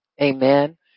Amen